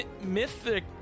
Mythic